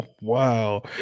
wow